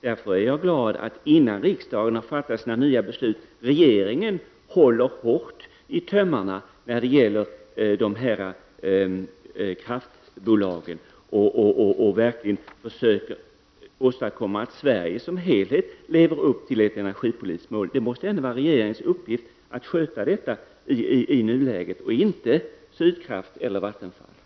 Därför är jag glad att regeringen, innan riksdagen har fattat sina nya beslut, håller hårt i tömmarna när det gäller kraftbolagen och verkligen försöker åstadkomma att Sverige som helhet lever upp till ett energipolitiskt mål. Det måste ändå vara regeringens uppgift att sköta detta i nuläget och inte Sydkrafts eller Vattenfalls.